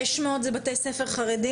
600 זה בתי ספר חרדים?